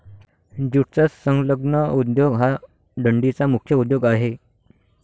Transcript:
ज्यूटचा संलग्न उद्योग हा डंडीचा मुख्य उद्योग आहे